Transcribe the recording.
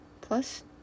plus